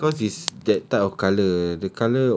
ya because it's that type of colour